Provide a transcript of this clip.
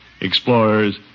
Explorers